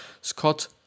Scott